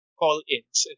call-ins